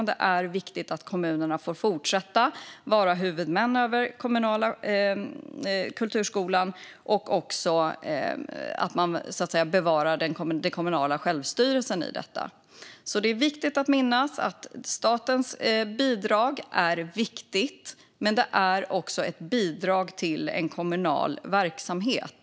Det är viktigt att kommunerna får fortsätta att vara huvudmän över kommunala kulturskolan och att bevara den kommunala självstyrelsen. Det är viktigt att minnas att statens bidrag är viktigt, men det är också ett bidrag till en kommunal verksamhet.